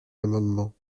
amendement